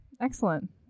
excellent